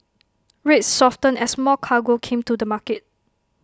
rates softened as more cargo came to the market